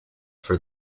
for